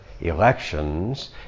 elections